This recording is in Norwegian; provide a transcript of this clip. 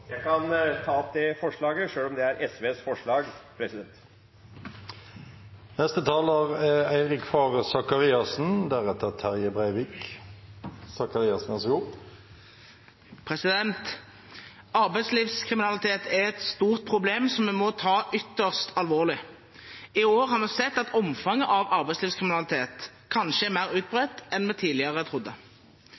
Jeg tar opp forslag nr. 13. Representanten Per Olaf Lundteigen tatt opp det forslaget han refererte til. Arbeidslivskriminalitet er et stort problem som vi må ta ytterst alvorlig. I år har vi sett at omfanget av arbeidslivskriminalitet kanskje er mer